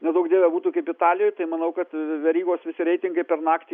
ne duok dieve būtų kaip italijoj tai manau kad verygos reitingai per naktį